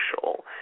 social